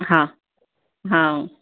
हा हा